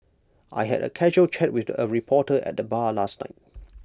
I had A casual chat with A reporter at the bar last night